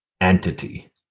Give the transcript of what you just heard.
entity